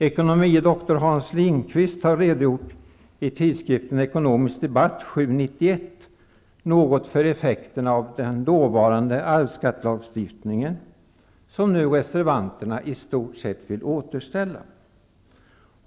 Ekonomie doktor Hans Lindqvist har redogjort något för effekterna av den då gällande arvsskattelagstiftningen i tidskriften Ekonomisk Debatt 7/91. Den arvsskattelagstiftningen vill reservanterna i stort sett återgå till.